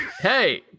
Hey